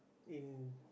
in